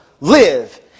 Live